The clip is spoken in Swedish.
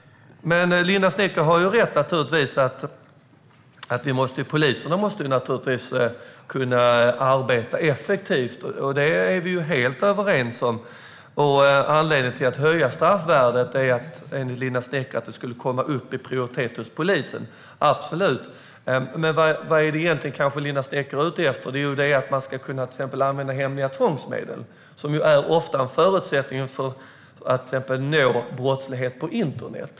Linda Snecker har naturligtvis rätt i att polisen måste kunna arbeta effektivt - där är vi helt överens. Anledningen till att höja straffvärdet är, enligt Linda Snecker, att dessa brott då skulle komma upp i prioritet hos polisen. Jag håller med om detta, men vad är Linda Snecker egentligen ute efter? Jo, att man ska kunna använda hemliga tvångsmedel, som ofta är en förutsättning för att till exempel nå brottslighet på internet.